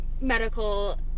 medical